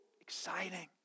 exciting